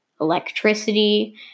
electricity